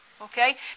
Okay